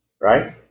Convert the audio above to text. Right